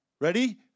Ready